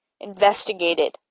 investigated